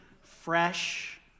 fresh